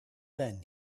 then